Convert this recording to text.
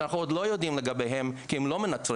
שאנחנו עוד לא יודעים לגביהם כי הם לא מנטרים,